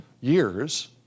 years